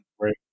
right